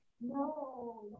No